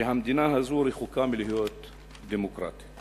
שהמדינה הזו רחוקה מלהיות דמוקרטית.